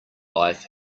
life